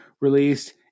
released